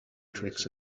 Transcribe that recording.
tricks